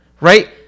right